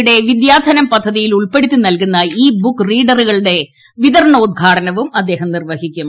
യുടെ വിദ്യാധനം പദ്ധതിയിൽ ഉൾപ്പെടുത്തി നൽകുന്ന ഇ ബുക്ക് റീഡറുകളുടെ വിതരണോദ്ഘാട ശനിയാഴ്ച നവും നിർവ്വഹിക്കും